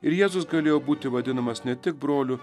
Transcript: ir jėzus galėjo būti vadinamas ne tik broliu